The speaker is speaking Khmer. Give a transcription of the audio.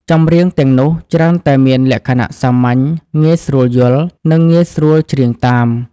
ចម្រៀងទាំងនោះច្រើនតែមានលក្ខណៈសាមញ្ញ ងាយស្រួលយល់ និងងាយស្រួលច្រៀងតាម